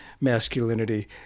masculinity